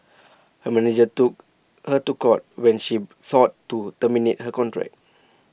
her manager took her to court when she sought to terminate her contract